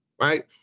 right